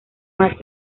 más